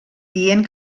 dient